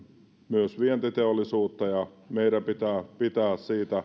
myös vientiteollisuutta ja meidän pitää pitää siitä